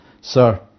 Sir